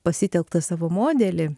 pasitelktą savo modelį